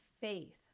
faith